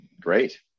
great